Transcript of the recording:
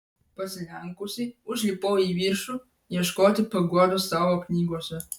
pasilenkusi užlipau į viršų ieškoti paguodos savo knygose